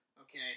Okay